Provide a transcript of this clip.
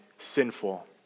sinful